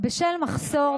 על הנושאים